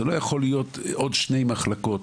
זה לא יכול להיות עוד שתי מחלקות,